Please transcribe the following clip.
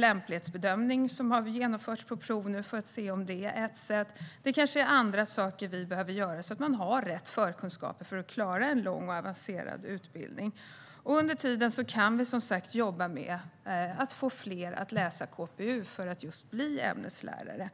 lämplighetsbedömning har genomförts på prov för att se om det kan vara ett bra sätt. Kanske finns det andra saker som vi behöver göra för att man ska ha rätt förkunskaper för att klara en lång och avancerad utbildning. Under tiden kan vi, som sagt, jobba med att få fler att läsa KPU för att bli just ämneslärare.